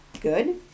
Good